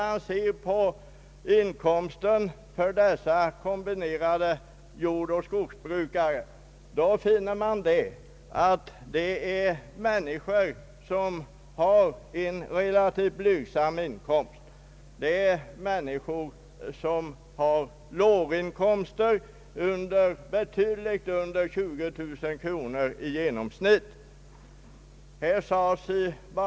De inkomster som dessa jordbrukare har av de kombinerade jordoch skogsbruken är relativt blygsamma. Det gäller här människor som har inkomster betydligt under 20 000 kronor i genomsnitt per år.